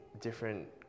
different